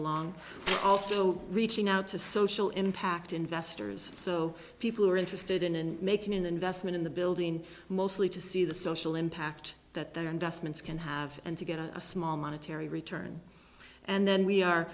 along also reaching out to social impact investors so people who are interested in making an investment in the building mostly to see the social impact that their investments can have and to get a small monetary return and then we are